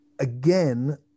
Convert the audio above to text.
Again